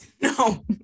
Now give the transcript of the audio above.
No